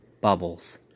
Bubbles